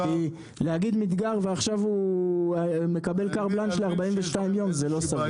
כי להגדיר מגדר ועכשיו הוא מקבל --- ל-42 יום זה לא סביר.